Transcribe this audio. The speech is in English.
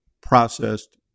processed